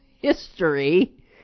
history